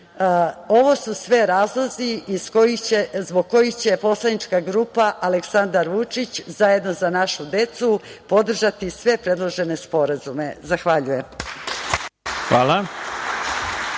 su sve razlozi zbog kojih će poslanička grupa Aleksandar Vučić – Za našu decu podržati sve predložene sporazume. Zahvaljujem. **Ivica